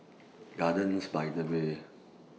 Gardens By The Bay